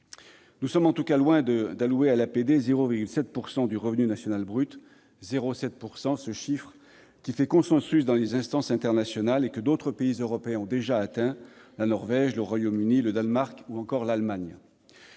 nous sommes loin d'allouer à l'APD 0,7 % du revenu national brut ; 0,7 %, ce chiffre qui fait consensus dans les instances internationales et que d'autres pays européens ont déjà atteint : la Norvège, le Royaume-Uni, le Danemark ou encore l'Allemagne.